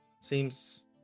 seems